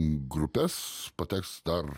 grupes pateks dar